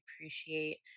appreciate